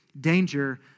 danger